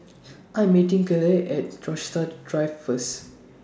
I Am meeting Cliffie At Rochester Drive First